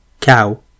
cow